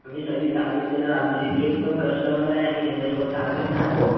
आम्ही सर्व्हिस चांगलीच देणार आमचे जितके पण कस्टमर आहे आम्ही त्यांच्यासोबत चांगलंच राहतो